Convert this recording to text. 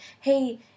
hey